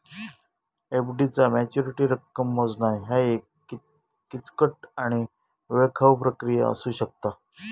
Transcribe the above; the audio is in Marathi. एफ.डी चा मॅच्युरिटी रक्कम मोजणा ह्या एक किचकट आणि वेळखाऊ प्रक्रिया असू शकता